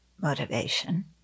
motivation